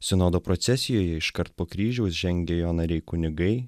sinodo procesijoje iškart po kryžiaus žengė jo nariai kunigai